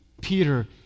Peter